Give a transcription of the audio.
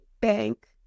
bank